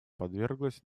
подверглась